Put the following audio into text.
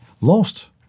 lost